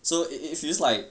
so it it feels like